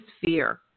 fear